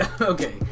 okay